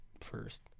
first